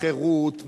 חרות,